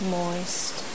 moist